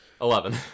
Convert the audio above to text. eleven